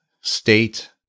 state